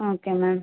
ah okay ma'am